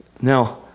Now